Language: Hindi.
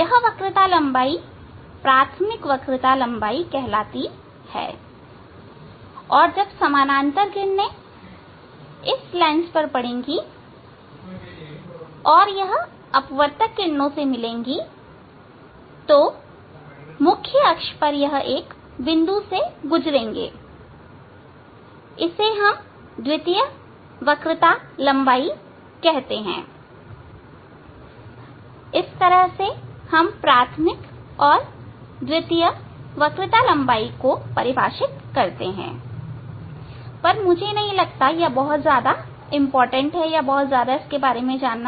यह वक्रता लंबाई प्राथमिक वक्रता लंबाई कहलाती है और जब समानांतर किरणें इस लेंस पर पड़ेगी और यह अपवर्तक किरणों से मिलेंगी तो मुख्य अक्ष पर एक बिंदु से गुजरेंगे इसे हम इसे हम द्वितीय वक्रता लंबाई कहते हैं इस तरह से हम प्राथमिक और द्वितीय वक्रता लंबाई को परिभाषित करते हैं परंतु मुझे नहीं लगता किसका अधिक महत्व है